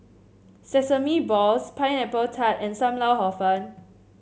Sesame Balls Pineapple Tart and Sam Lau Hor Fun